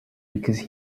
because